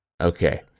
Okay